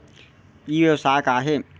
ई व्यवसाय का हे?